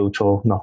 No